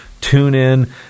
TuneIn